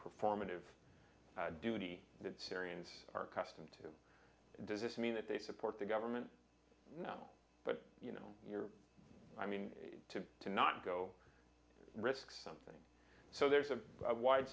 performative duty that syrians are custom to does this mean that they support the government no but you know you're i mean to to not go risk something so there's a wide